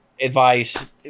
advice